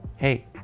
Hey